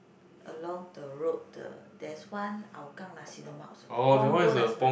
along the road the there is one Hougang Nasi-Lemak also Punggol Nasi-Lemak